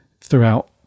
throughout